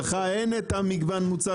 לך את המגוון מוצרים.